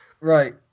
Right